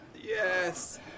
Yes